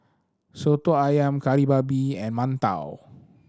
Soto Ayam Kari Babi and mantou